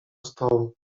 stołu